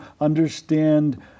understand